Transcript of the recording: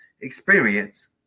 experience